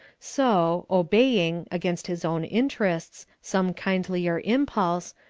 so, obeying against his own interests some kindlier impulse,